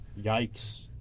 Yikes